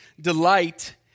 delight